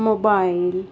mobile